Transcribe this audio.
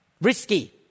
risky